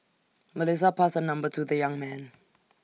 Melissa passed her number to the young man